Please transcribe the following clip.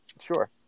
Sure